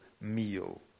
meal